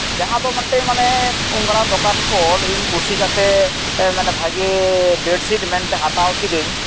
ᱡᱟᱦᱟᱸ ᱫᱚ ᱢᱤᱫᱴᱮᱡ ᱢᱟᱱᱮ ᱩᱱᱢᱟᱨᱟᱝ ᱫᱚᱠᱟᱱ ᱠᱷᱚᱱ ᱤᱧ ᱠᱩᱥᱤ ᱠᱟᱛᱮ ᱢᱟᱱᱮ ᱵᱷᱟᱜᱮ ᱵᱮᱰᱥᱤᱴ ᱢᱮᱱᱛᱮ ᱦᱟᱛᱟᱣ ᱠᱤᱫᱟᱹᱧ